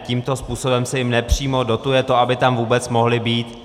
Tímto způsobem se jim nepřímo dotuje to, aby tam vůbec mohly být.